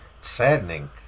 saddening